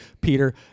Peter